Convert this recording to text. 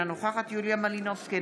אינה נוכחת יוליה מלינובסקי,